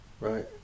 Right